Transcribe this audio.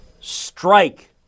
strike